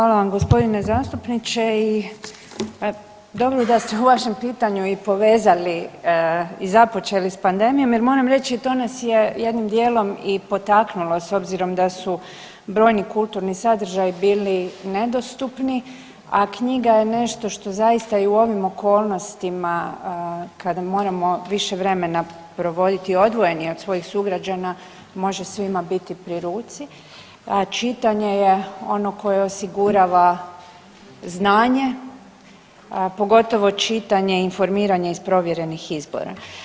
Hvala vam g. zastupniče i dobro je da ste u vašem pitanju i povezali i započeli s pandemijom jer moram reći to nas je jednim dijelom i potaknulo s obzirom da su brojni kulturni sadržaji bili nedostupni, a knjiga je nešto što zaista i u ovim okolnostima kada moramo više vremena provoditi odvojeni od svojih sugrađana može svima biti pri ruci, a čitanje je ono koje osigurava znanje, a pogotovo čitanje i informiranje iz provjerenih izvora.